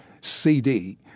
CD